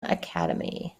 academy